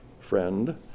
friend